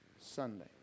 Sunday